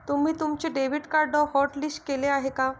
तुम्ही तुमचे debit card hotlist केले आहे का?